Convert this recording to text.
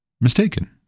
mistaken